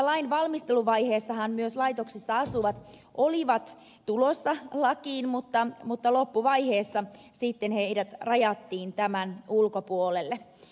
lain valmisteluvaiheessahan myös laitoksissa asuvat olivat tulossa lakiin mutta loppuvaiheessa heidät rajattiin tämän ulkopuolelle